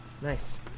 Nice